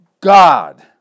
God